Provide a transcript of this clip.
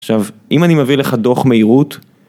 עכשיו, אם אני מביא לך דוח מהירות...